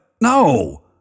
No